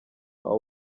abo